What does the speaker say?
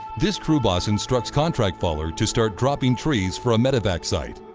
this crew boss instructs contract faller to start dropping trees for a medevac site.